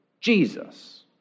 Jesus